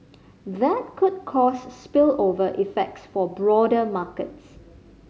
that could cause spillover effects for broader markets